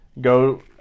go